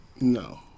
No